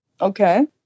Okay